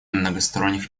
многосторонних